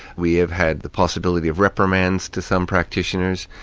we have had the possibility of reprimands to some practitioners,